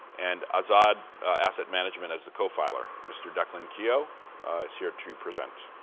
and azzad asset management as the co-filer. mr. declan keough is here to present.